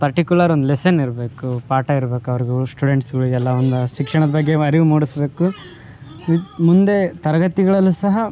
particular ಒಂದು lesson ಇರಬೇಕು ಪಾಠಯಿರಬೇಕು ಅವ್ರಿಗು ಸ್ಟೂಡೆಂಟ್ಸ್ಗಳಿಗೆಲ್ಲ ಒಂದು ಶಿಕ್ಷಣದ ಬಗ್ಗೆ ಅರಿವು ಮೂಡಿಸಬೇಕು ಮುಂದೆ ತರಗತಿಗಳಲ್ಲು ಸಹ